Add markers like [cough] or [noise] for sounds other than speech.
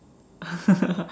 [laughs]